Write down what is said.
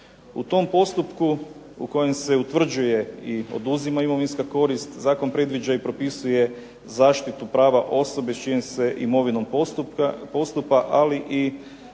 U tom postupku u kojem se utvrđuje i oduzima imovinska korist zakon predviđa i propisuje zaštitu prava osobe s čijom se imovinom postupa, ali i